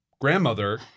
Grandmother